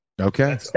Okay